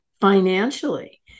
financially